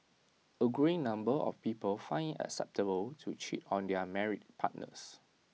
A growing number of people find IT acceptable to cheat on their married partners